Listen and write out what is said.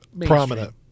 prominent